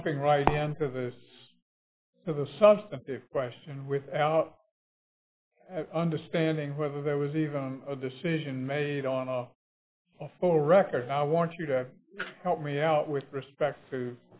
jumping right hands of this question without understanding whether there was a decision made on a full record i want you to help me out with respect to